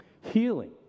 Healing